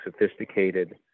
sophisticated